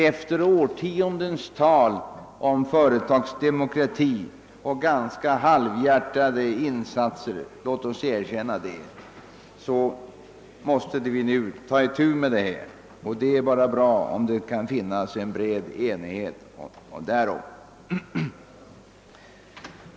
Efter årtiondens tal om företagsdemokrati och ganska halvhjärtade insatser — låt oss erkänna det — måste vi nu ta itu med detta. Det är bra, om det kan finnas en bred enighet därom.